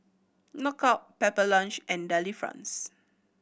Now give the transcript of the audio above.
Knockout Pepper Lunch and Delifrance